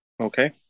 Okay